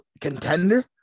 contender